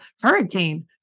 hurricane